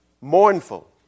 mournful